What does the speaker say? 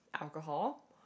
alcohol